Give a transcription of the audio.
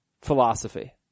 philosophy